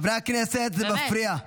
חברי הכנסת, זה מפריע.